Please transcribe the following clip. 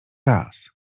raz